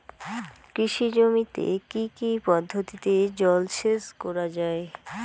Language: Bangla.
কৃষি জমিতে কি কি পদ্ধতিতে জলসেচ করা য়ায়?